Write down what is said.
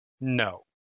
No